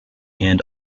and